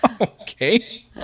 okay